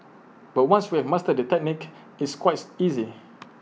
but once you have mastered the technique it's quite easy